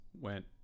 went